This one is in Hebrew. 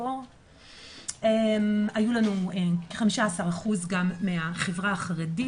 היו לנו כ-15% גם מהחברה החרדית,